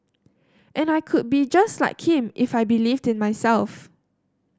and I could be just like him if I believed in myself